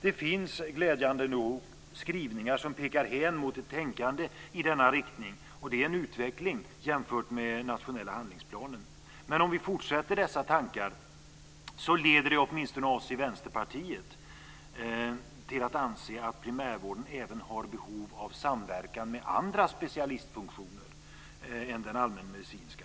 Glädjande nog finns det skrivningar som pekar hän mot ett tänkande i denna riktning. Det är en bra utveckling jämfört med den nationella handlingsplanen. Men om vi fortsätter dessa tankar leder de åtminstone oss i Vänsterpartiet till att anse att primärvården även har behov av samverkan med andra specialistfunktioner än den allmänmedicinska.